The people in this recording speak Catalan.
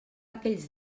aquells